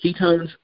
ketones